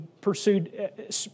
pursued